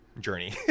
Journey